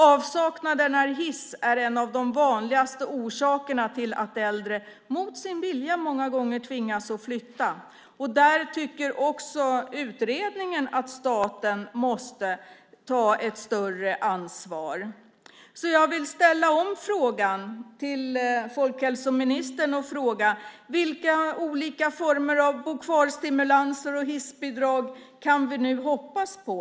Avsaknaden av hiss är en av de vanligaste orsakerna till att äldre, mot sin vilja många gånger, tvingas att flytta. Där tycker också utredningen att staten måste ta ett större ansvar. Jag vill ställa om frågan och rikta den till folkhälsoministern: Vilka olika former av bo-kvarstimulanser och hissbidrag kan vi nu hoppas på?